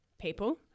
people